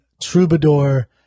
Troubadour